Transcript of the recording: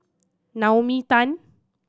Naomi Tan